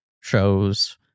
shows